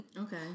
Okay